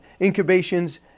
incubations